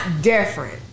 different